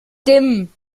dimmen